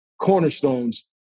cornerstones